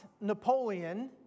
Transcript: Napoleon